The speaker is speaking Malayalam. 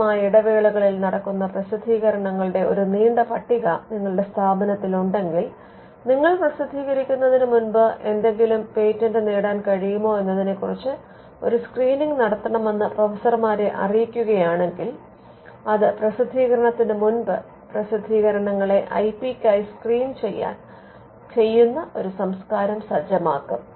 കൃത്യമായ ഇടവേളകളിൽ നടക്കുന്ന പ്രസിദ്ധീകരണങ്ങളുടെ ഒരു നീണ്ട പട്ടിക നിങ്ങളുടെ സ്ഥാപനത്തിലുണ്ടെങ്കിൽ നിങ്ങൾ പ്രസിദ്ധീകരിക്കുന്നതിന് മുമ്പ് എന്തെങ്കിലും പേറ്റന്റ് നേടാൻ കഴിയുമോ എന്നതിനെക്കുറിച്ച് ഒരു സ്ക്രീനിംഗ് നടത്തണമെന്ന് പ്രൊഫസർമാരെ അറിയിക്കുകയാണെങ്കിൽ അത് പ്രസിദ്ധീകരണത്തിന് മുൻപ് പ്രസിദ്ധീകരണങ്ങളെ ഐ പി ക്കായി സ്ക്രീൻ ചെയ്യുന്ന ഒരു സംസ്കാരം സജ്ജമാക്കും